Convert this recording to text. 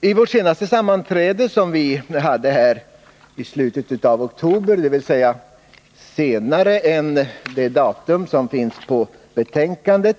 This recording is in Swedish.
Vid vårt senaste sammanträde, som vi hade i slutet av oktober — dvs. senare än det datum som finns på betänkandet